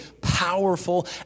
powerful